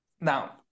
Now